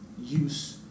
use